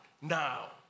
now